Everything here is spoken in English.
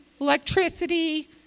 electricity